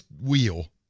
wheel